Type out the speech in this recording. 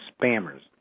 spammers